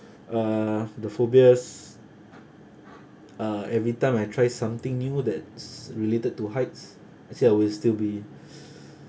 uh the phobias uh every time I try something new that's related to heights actually I will still be